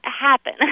happen